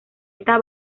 esta